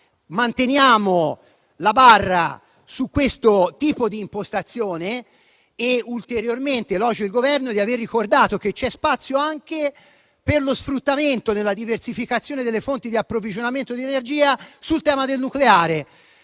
manteniamo la barra su questo tipo di impostazione. Elogio ulteriormente il Governo per aver ricordato che c'è spazio anche per lo sfruttamento della diversificazione delle fonti di approvvigionamento di energia in tema di nucleare.